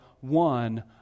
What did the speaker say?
one